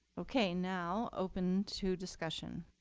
ok, now, open to discussion.